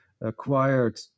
acquired